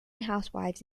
housewives